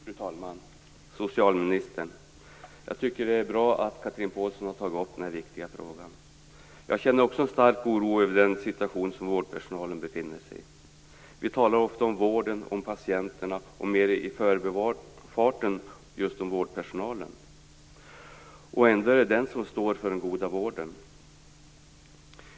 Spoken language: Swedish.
Fru talman! Socialministern! Det är bra att Chatrine Pålsson har tagit upp den här viktiga frågan. Också jag känner en stark oro över den situation som vårdpersonalen befinner sig i. Vi talar ofta och vården och patienterna men i förbifarten om just vårdpersonalen. Ändå är det den som står för den goda vården.